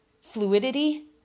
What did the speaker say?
fluidity